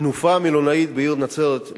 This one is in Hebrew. התנופה המלונאית בעיר נצרת,